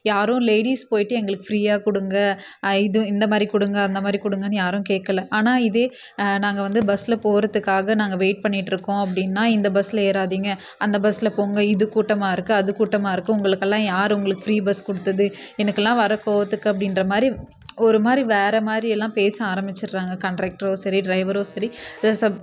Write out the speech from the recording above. யாரும் லேடிஸ் போய்விட்டு எங்களுக்கு ஃப்ரீயாக கொடுங்க இது இந்த மாதிரி கொடுங்க அந்த மாதிரி கொடுங்கன்னு யாரும் கேட்கல ஆனால் இதே நாங்கள் வந்து பஸ்சில் போகிறதுக்காக நாங்கள் வெயிட் பண்ணிவிட்டு இருக்கோம் அப்படின்னா இந்த பஸ்சில் ஏறாதிங்க அந்த பஸ்சில் போங்க இது கூட்டமாக இருக்குது அது கூட்டமாக இருக்கும் உங்களுக்கெல்லாம் யார் உங்களுக்கு ஃப்ரீ பஸ் கொடுத்தது எனக்கெலாம் வர கோவத்துக்கு அப்படின்ற மாதிரி ஒரு மாதிரி வேறு மாதிரி எல்லாம் பேச ஆரம்பிச்சுட்றாங்க கன்ரெக்டரோ சரி டிரைவரோ சரி பேச